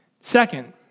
Second